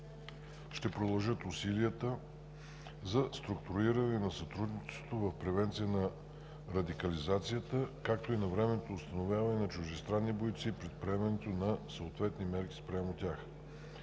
Ще продължат усилията за структуриране на сътрудничеството в превенция на радикализацията, както и навременното установяване на чуждестранни бойци и предприемането на съответни мерки спрямо тях.